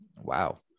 Wow